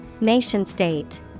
Nation-state